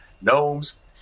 gnomes